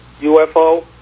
UFO